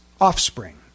offspring